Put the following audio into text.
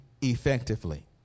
effectively